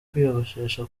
kwiyogoshesha